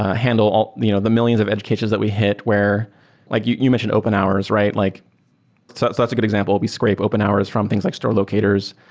ah handle you know the millions of edge cases that we hit where like you you mentioned open hours, right? like so that's that's a good example. we scrape open hours from things like store locators,